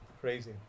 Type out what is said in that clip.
Crazy